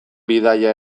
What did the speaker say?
bidaia